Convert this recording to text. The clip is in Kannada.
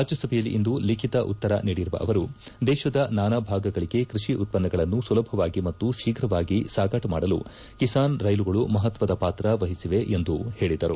ರಾಜ್ಯಸಭೆಯಲ್ಲಿಂದು ಲಿಖಿತ ಉತ್ತರ ನೀಡಿರುವ ಅವರು ದೇಶದ ನಾನಾ ಭಾಗಗಳಿಗೆ ಕೃಷಿ ಉತ್ತನ್ನಗಳನ್ನು ಸುಲಭವಾಗಿ ಮತ್ತು ಶೀಘವಾಗಿ ಸಾಗಾಟ ಮಾಡಲು ಕಿಸಾನ್ ರೈಲುಗಳು ಮಹತ್ತದ ಪಾತ್ರ ವಹಿಸಿವೆ ಎಂದು ಅವರು ಹೇಳಿದರು